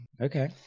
okay